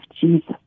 Jesus